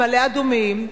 במעלה-אדומים,